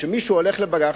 כשמישהו הולך לבג"ץ,